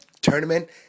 tournament